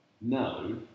No